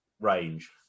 range